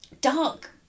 dark